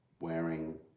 wearing